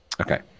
Okay